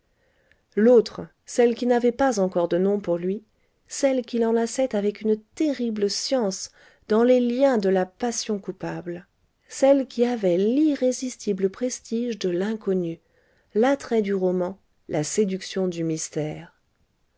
l'autre celle qui n'avait pas encore de nom pour lui celle qui l'enlaçait avec une terrible science dans les liens de la passion coupable celle qui avait l'irrésistible prestige de l'inconnu l'attrait du roman la séduction du mystère